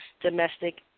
Domestic